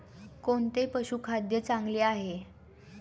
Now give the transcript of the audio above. कोणते पशुखाद्य चांगले आहे?